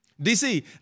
DC